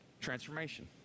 Transformation